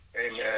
Amen